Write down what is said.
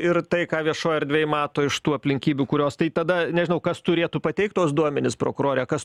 ir tai ką viešoj erdvėj mato iš tų aplinkybių kurios tai tada nežinau kas turėtų pateikti tuos duomenis prokurore kas